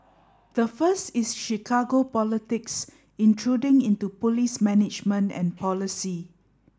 the first is Chicago politics intruding into police management and policy